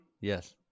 Yes